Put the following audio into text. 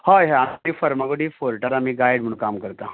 हय हय आमी फार्मागुडी फोर्टार आमी गायड म्हणून काम करता